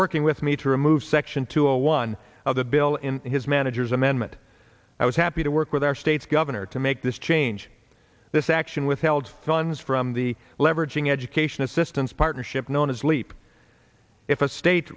working with me to remove section two zero one of the bill in his manager's amendment i was happy to work with our state's governor to make this change this action withheld funds from the leveraging education assistance partnership known as sleep if a state